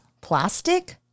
plastic